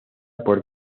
por